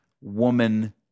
woman